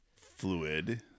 fluid